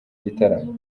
gitaramo